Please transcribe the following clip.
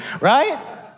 right